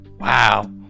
wow